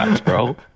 bro